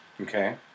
Okay